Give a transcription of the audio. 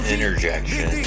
Interjection